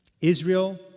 Israel